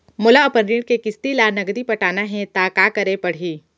मोला अपन ऋण के किसती ला नगदी पटाना हे ता का करे पड़ही?